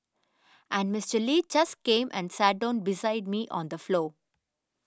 and Mister Lee just came and sat down beside me on the floor